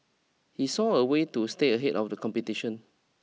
he saw a way to stay ahead of the competition